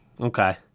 Okay